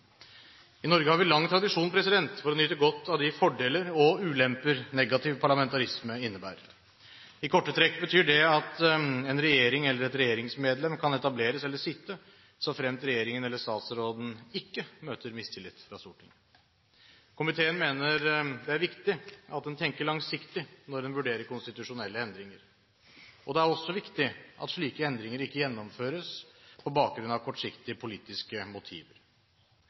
I Norge har vi lang tradisjon for å nyte godt av de fordeler – og ulemper – negativ parlamentarisme innebærer. I korte trekk betyr det at en regjering eller et regjeringsmedlem kan sitte såfremt regjeringen eller statsråden ikke møter mistillit fra Stortinget. Komiteen mener det er viktig at en tenker langsiktig når en vurderer konstitusjonelle endringer. Det er også viktig at slike endringer ikke gjennomføres på bakgrunn av kortsiktige politiske motiver.